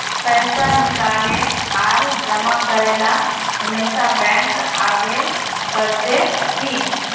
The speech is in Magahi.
पैसा निकाले आर जमा करेला हमेशा बैंक आबेल पड़ते की?